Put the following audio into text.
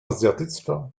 azjatycka